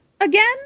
again